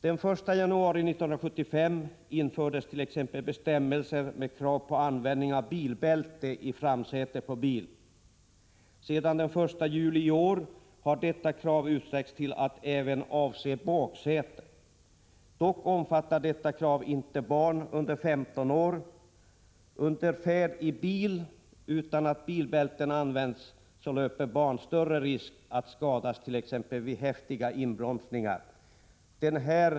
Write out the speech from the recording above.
Den 1 januari 1975 infördes t.ex. bestämmelser med krav på användning av bilbälte i framsäte på bil. Sedan den 1 juli i år har detta krav utsträckts till att även avse baksäte. Dock omfattar kravet inte barn under 15 år. Under färd i bil utan att bilbälte används löper barn större risk än vuxna att skadas, t.ex. vid häftiga inbromsningar.